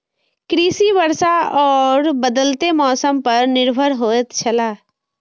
कृषि वर्षा और बदलेत मौसम पर निर्भर होयत छला